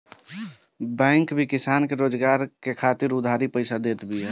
bank भी किसान के रोजगार करे खातिर उधारी पईसा देत बिया